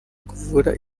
kuvura